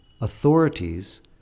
Authorities